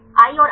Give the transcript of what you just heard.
i और i plus